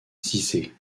cissé